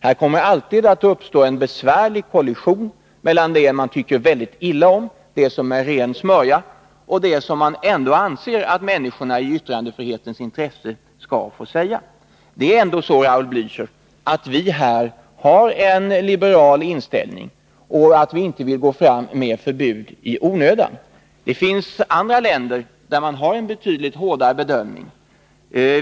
Det kommer alltid att uppstå en besvärlig kollision mellan det som man tycker illa om och som är ren smörja och det som man ändå anser att människorna i yttrandefrihetens intresse skall få säga. Det är trots allt så, Raul Bläöcher, att vi bör ha en liberal inställning här i landet i yttrandefrihetsfrågor, och vi bör inte gå fram med förbud i onödan. Det finns andra länder där man har en betydligt hårdare bedömning.